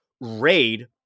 raid